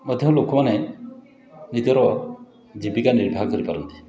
ମଧ୍ୟ ଲୋକମାନେ ନିଜର ଜୀବିକା ନିର୍ବାହ କରିପାରନ୍ତି